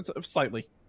Slightly